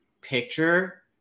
picture